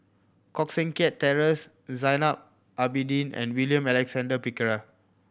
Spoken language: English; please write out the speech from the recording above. Koh Seng Kiat Terence Zainal Abidin and William Alexander Pickering